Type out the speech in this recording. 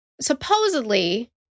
supposedly